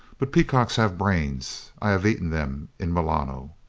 but pea cocks have brains. i have eaten them in milano.